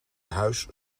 huis